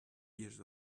years